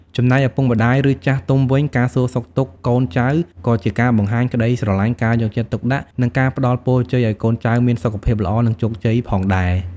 ចំណែកឪពុកម្តាយ ឬចាស់ទុំវិញ ការសួរសុខទុក្ខកូនចៅក៏ជាការបង្ហាញក្តីស្រឡាញ់ ការយកចិត្តទុកដាក់ និងការផ្តល់ពរជ័យឲ្យកូនចៅមានសុខភាពល្អ និងជោគជ័យផងដែរ។